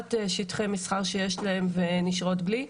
המעט שטחי מסחר שיש להם ונשארות בלי.